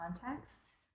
contexts